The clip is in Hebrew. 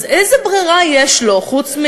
אז איזה ברירה יש לו, חוץ,